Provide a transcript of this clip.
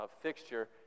fixture